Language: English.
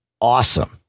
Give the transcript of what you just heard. awesome